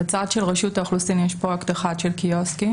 בצד של רשות האוכלוסין יש פרויקט אחד של קיוסקים,